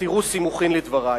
תראו סימוכין לדברי.